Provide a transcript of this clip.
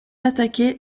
attaqué